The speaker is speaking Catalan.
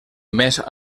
més